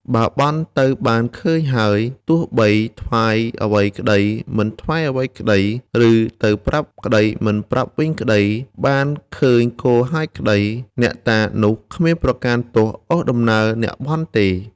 បើបន់ទៅបានឃើញហើយ ទោះបីថ្វាយអ្វីក្ដី មិនថ្វាយអ្វីក្ដី ឬ ទៅប្រាប់ក្ដី មិនប្រាប់វិញថា បានឃើញគោហើយក្ដី អ្នកតានោះគ្មានប្រកាន់ទោសអូសដំណើរអ្នកបន់ទេ ។